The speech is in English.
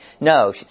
No